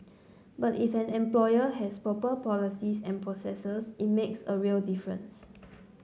but if an employer has proper policies and processes it makes a real difference